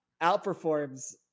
outperforms